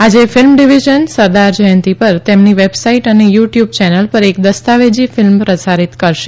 આજે film division Sardar Jayanti પર તેમની વેબસાઈટ અને યુ ટ્યુબ ચેનલ પર એક દ્સ્તાવેજી ફિલ્મ પ્રસા રીત કરવામાં આવશે